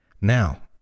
Now